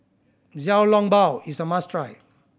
Xiao Long Bao is a must try